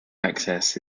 access